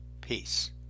Peace